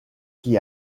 qui